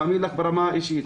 אני מאמין לך ברמה האישית,